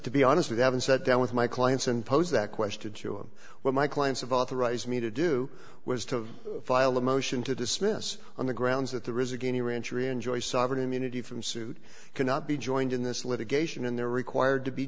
to be honest with haven't set down with my clients and pose that question to him what my clients have authorized me to do was to file a motion to dismiss on the grounds that there is a game the ranch or enjoy sovereign immunity from suit cannot be joined in this litigation and they're required to be